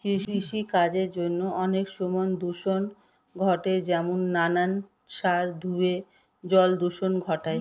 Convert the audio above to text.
কৃষিকার্যের জন্য অনেক সময় দূষণ ঘটে যেমন নানান সার ধুয়ে জল দূষণ ঘটায়